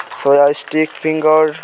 soya sticks finger persistent-noise-end